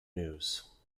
news